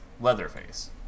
Leatherface